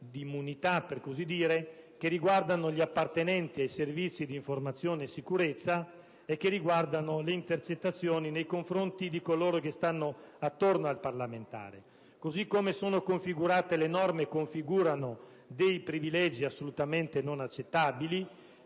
di immunità, per così dire, riguardanti gli appartenenti ai servizi di informazione e sicurezza e concernenti le intercettazioni nei confronti di coloro che stanno attorno al parlamentare: così come sono scritte, le norme configurano dei privilegi assolutamente inaccettabili,